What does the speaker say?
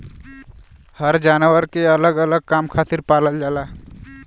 हर जानवर के अलग अलग काम खातिर पालल जाला